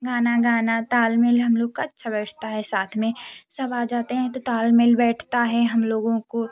गाना गाना ताल मेल हम लोग का अच्छा बैठता है साथ में सब आ जाते हैं तो ताल मेल बैठता है हम लोगों को